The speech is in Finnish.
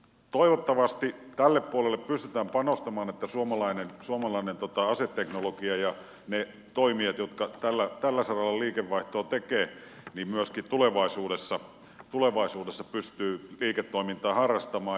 toivottavasti tälle puolelle pystytään panostamaan että suomalainen aseteknologia ja ne toimijat jotka tällä saralla liikevaihtoa tekevät myöskin tulevaisuudessa pystyvät liiketoimintaa harrastamaan